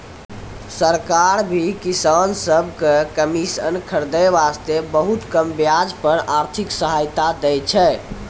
सरकार भी किसान सब कॅ मशीन खरीदै वास्तॅ बहुत कम ब्याज पर आर्थिक सहायता दै छै